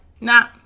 nah